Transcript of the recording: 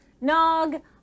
Nog